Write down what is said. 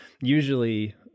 usually